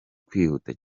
kwihuta